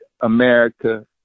America